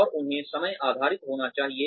और उन्हें समय आधारित होना चाहिए